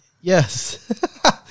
Yes